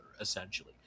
essentially